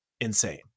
insane